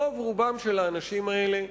רוב רובם של האנשים האלה,